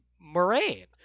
Moraine